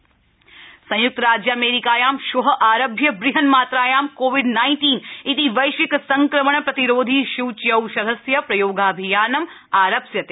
US vaccine संय्क्तराज्यामेरिकायां श्व आरभ्य वृहन्मात्रायां कोविड नाइन्टीन इति वैश्विक संक्रमण प्रतिरोधी सूच्यौषधस्य प्रयोगाभियानम् आरप्स्यते